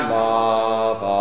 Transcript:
love